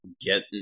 get